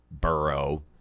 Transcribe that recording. burrow